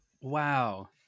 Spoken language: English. Wow